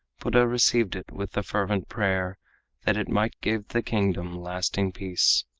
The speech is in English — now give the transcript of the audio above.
buddha received it with the fervent prayer that it might give the kingdom lasting peace.